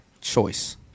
choice